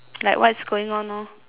like what is going on lor